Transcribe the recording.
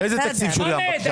תודה.